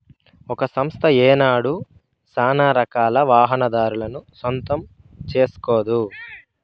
ఒక సంస్థ ఏనాడు సానారకాల వాహనాదారులను సొంతం సేస్కోదు